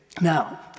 now